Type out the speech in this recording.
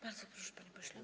Bardzo proszę, panie pośle.